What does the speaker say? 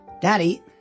Daddy